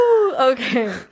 Okay